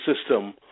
system